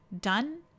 done